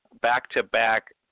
back-to-back